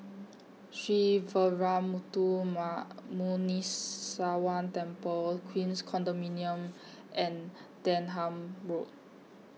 Sree Veeramuthu Muneeswaran Temple Queens Condominium and Denham Road